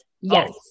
Yes